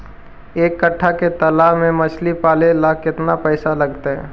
एक कट्ठा के तालाब में मछली पाले ल केतना पैसा लगतै?